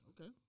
Okay